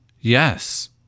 Yes